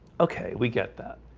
okay, we get that